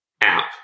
app